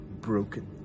broken